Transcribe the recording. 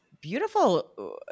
beautiful